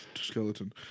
skeleton